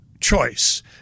choice